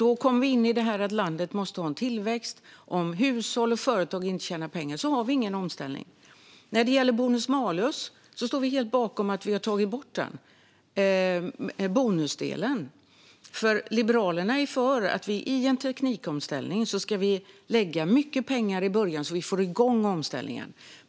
Då kommer vi till att landet måste ha en tillväxt. Om hushåll och företag inte tjänar pengar har vi ingen omställning. När det gäller bonus malus står vi helt bakom att vi har tagit bort bonusdelen. Liberalerna är för att vi i en teknikomställning ska lägga mycket pengar i början så att vi får igång omställningen.